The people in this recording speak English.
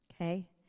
Okay